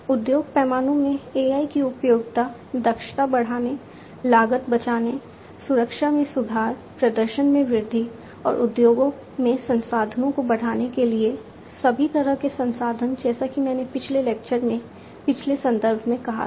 उद्योग पैमाने में AI की उपयोगिता दक्षता बढ़ाने लागत बचाने सुरक्षा में सुधार प्रदर्शन में वृद्धि और उद्योगों में संसाधनों को बढ़ाने के लिए है सभी तरह के संसाधन जैसा कि मैंने पिछले लेक्चर में पिछले संदर्भ में कहा था